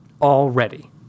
already